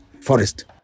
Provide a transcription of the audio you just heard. forest